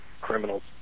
criminals